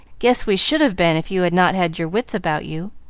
guess we should have been if you had not had your wits about you.